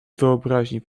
wyobraźni